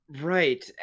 right